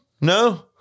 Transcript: No